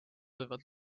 võivad